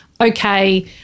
okay